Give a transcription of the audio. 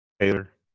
Taylor